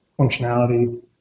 functionality